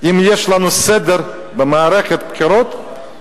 אם יש לנו סדר במערכת הבחירות,